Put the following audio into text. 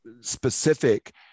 specific